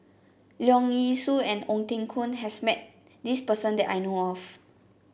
Leong Yee Soo and Ong Teng Koon has met this person that I know of